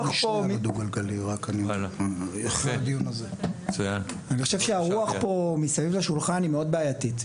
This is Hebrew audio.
אני חושב שהרוח פה מסביב לשולחן היא מאוד בעייתית,